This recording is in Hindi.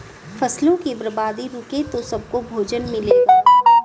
फसलों की बर्बादी रुके तो सबको भोजन मिलेगा